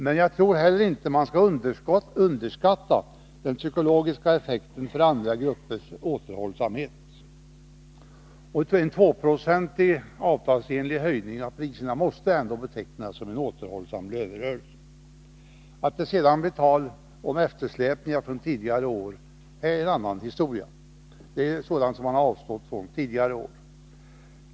Men jag tror heller inte att man skall underskatta den psykologiska effekten beträffande andra gruppers återhållsamhet. En 2-procentig avtalsenlig höjning av priserna måste ändå betecknas som en återhållsam lönerörelse. Att det sedan blir tal om eftersläpningar är en annan historia — det handlar om sådant som man avstått från tidigare år.